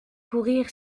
courir